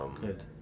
Good